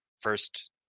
first